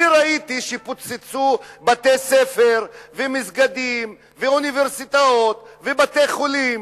אני ראיתי שפוצצו בתי-ספר ומסגדים ואוניברסיטאות ובתי-חולים.